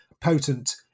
potent